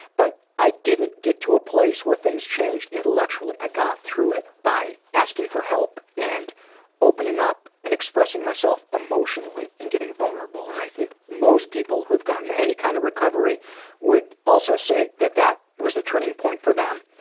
but i didn't get to a place where things changed intellectually, i got to it by asking for help and opening up and expressing myself emotionally and getting vulnerable. and i think most people who have gotten any kind of recovery would also say that that was the turning point for them,